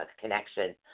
connection